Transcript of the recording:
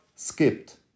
skipped